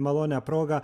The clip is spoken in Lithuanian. malonią progą